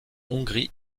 hongrie